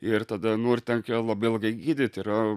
ir tada nu ir tenka labai ilgai gydyt yra